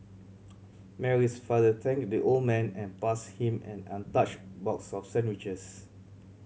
Mary's father thanked the old man and passed him an untouched box of sandwiches